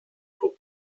beruf